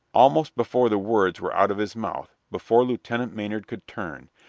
almost before the words were out of his mouth, before lieutenant maynard could turn,